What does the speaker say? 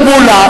חבר הכנסת מולה,